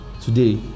today